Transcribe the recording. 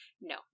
No